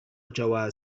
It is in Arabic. جواز